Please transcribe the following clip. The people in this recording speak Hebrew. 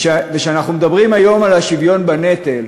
כשאנחנו מדברים היום על השוויון בנטל,